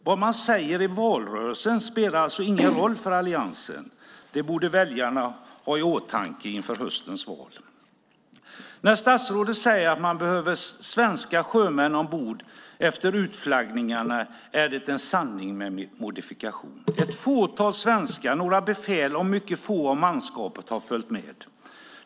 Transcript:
Vad man säger i valrörelsen spelar alltså ingen roll för alliansen. Det borde väljarna ha i åtanke inför höstens val. När statsrådet säger att man behöll svenska sjömän ombord efter utflaggningarna är det en sanning med modifikation. Ett fåtal svenskar, några befäl och mycket få av manskapet, har följt med.